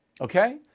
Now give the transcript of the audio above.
Okay